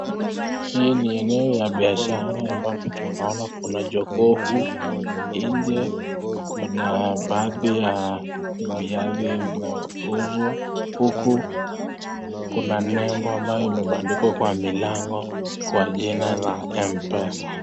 Hii ni eneo ya biashara ambapo tunaona kuna jokofu, nje kuna baadhi ya viazi inayouzwa, huku kuna nembo ambayo imebandikwa kwa milango kwa jina la Mpesa.